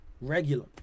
Regular